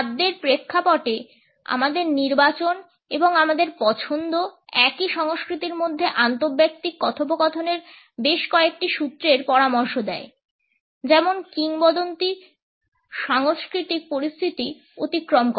খাদ্যের প্রেক্ষাপটে আমাদের নির্বাচন এবং আমাদের পছন্দ একই সংস্কৃতির মধ্যে আন্তঃব্যক্তিক কথোপকথনের বেশ কয়েকটি সূত্রের পরামর্শ দেয় যেমন কিংবদন্তি সাংস্কৃতিক পরিস্থিতি অতিক্রম করে